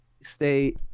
Stay